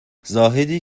زاهدی